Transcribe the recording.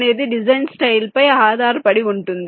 అనేది design style పై ఆధారపడి ఉంటుంది